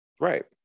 Right